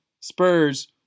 Spurs